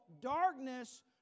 darkness